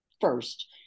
first